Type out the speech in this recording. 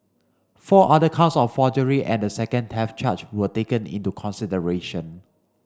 four other counts of forgery and a second theft charge were taken into consideration